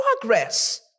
progress